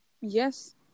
Yes